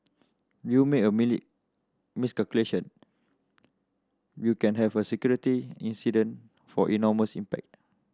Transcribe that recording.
you make a mini miscalculation you can have a security incident for enormous impact